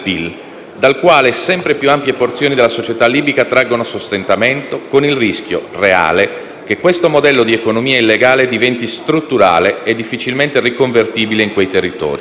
dal quale sempre più ampie porzioni della società libica traggono sostentamento, con il rischio reale che questo modello di economia illegale diventi strutturale e difficilmente riconvertibile in quei territori.